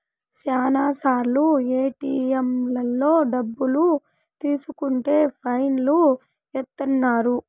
శ్యానా సార్లు ఏటిఎంలలో డబ్బులు తీసుకుంటే ఫైన్ లు ఏత్తన్నారు